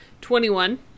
twenty-one